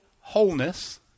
wholeness